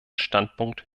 standpunkt